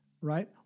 Right